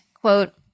quote